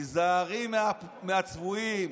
היזהרי מהצבועים